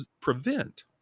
prevent